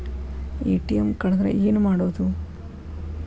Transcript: ATM ಕಳದ್ರ ಏನು ಮಾಡೋದು?